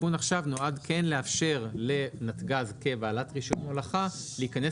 התיקון עכשיו נועד כן לאפשר לנתג"ז כבעלת רישיון הולכה להיכנס